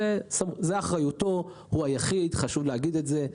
זאת אחריותו, הוא היחיד, חשוב להגיד את זה.